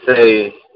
say